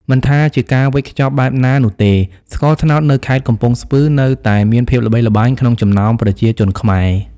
មិនថាជាការវេចខ្ចប់បែបណានោះទេ ស្ករត្នោតនៅខេត្តកំពង់ស្ពឺនៅតែមានភាពល្បីល្បាញក្នុងចំណោមប្រជាជនខ្មែរ។